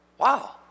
Wow